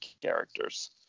characters